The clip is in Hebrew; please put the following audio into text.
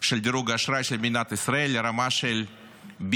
של דירוג האשראי של מדינת ישראל, לרמה של BAA1,